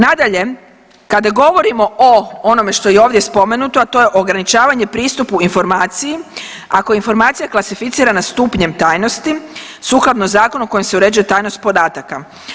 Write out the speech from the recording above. Nadalje, kada govorimo o onome što je i ovdje spomenuto, a to je ograničavanje pristupu informaciji ako je informacija klasificirana stupnjem tajnosti sukladno zakonu kojim se uređuje tajnost podataka.